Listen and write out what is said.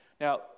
Now